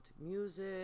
music